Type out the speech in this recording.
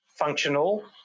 functional